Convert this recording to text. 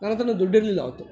ನನ್ನ ಹತ್ತಿರನೂ ದುಡ್ಡಿರಲಿಲ್ಲ ಆವತ್ತು